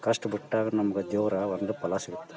ಕಷ್ಟಪಟ್ಟಾಗ ನಮ್ಗೆ ದೇವರ ಒಂದು ಫಲ ಸಿಗ್ತೆ